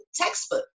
Textbook